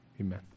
Amen